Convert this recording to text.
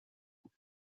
check